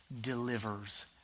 delivers